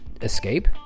escape